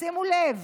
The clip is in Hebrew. שימו לב: